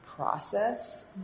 process